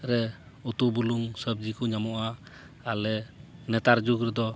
ᱨᱮ ᱩᱛᱩ ᱵᱩᱞᱩᱝ ᱥᱚᱵᱡᱤ ᱠᱚ ᱧᱟᱢᱚᱜᱼᱟ ᱟᱞᱮ ᱱᱮᱛᱟᱨ ᱡᱩᱜᱽ ᱨᱮᱫᱚ